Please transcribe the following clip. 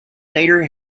later